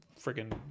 freaking